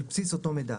על בסיס אותו מידע,